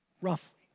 roughly